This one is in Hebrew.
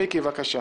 מיקי, בבקשה.